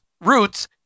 roots